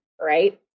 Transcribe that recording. right